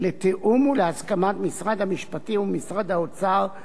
לתיאום ולהסכמת משרד המשפטים ומשרד האוצר,